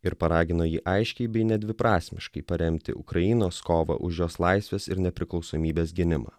ir paragino jį aiškiai bei nedviprasmiškai paremti ukrainos kovą už jos laisvės ir ir nepriklausomybės gynimą